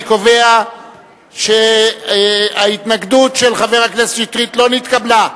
אני קובע שההתנגדות של חבר הכנסת שטרית לא נתקבלה,